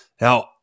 Now